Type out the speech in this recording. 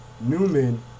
Newman